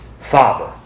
father